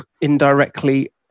indirectly